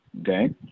Okay